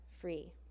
free